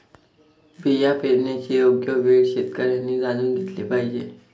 बिया पेरण्याची योग्य वेळ शेतकऱ्यांनी जाणून घेतली पाहिजे